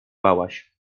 bałaś